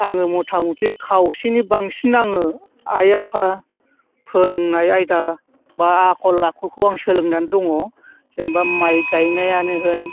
आङो मथामथि खावसेनि बांसिन आङो आइ आफा फोरोंनाय आयदा बा आखल आखुखौ आं सोलोंनानै दङ जेन'बा माइ गायनायानो होन